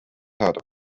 saada